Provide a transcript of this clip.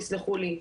תסלחו לי,